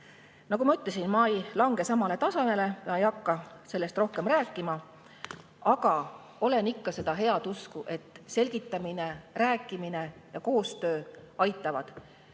Nagu ma ütlesin, ma ei lange samale tasemele, ei hakka sellest rohkem rääkima. Aga olen ikka seda head usku, et selgitamine, rääkimine ja koostöö aitavad.